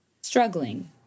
struggling